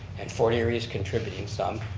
and fort eerie's contributing some,